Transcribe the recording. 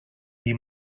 you